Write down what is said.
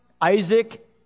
Isaac